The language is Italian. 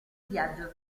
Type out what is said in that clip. viaggio